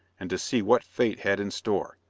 and to see what fate had in store,